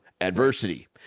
Adversity